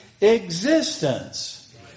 existence